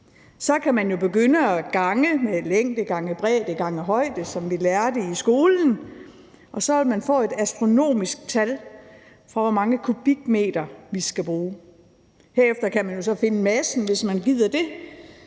Så kan man jo begynde at gange med længde, bredde og højde, som vi lærte det i skolen, og så vil man få et astronomisk tal for, hvor mange kubikmeter vi skal bruge. Herefter kan man jo så finde massen, hvis man gider det.